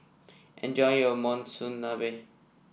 enjoy your Monsunabe